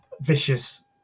vicious